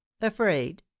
afraid